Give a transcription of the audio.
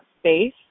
Space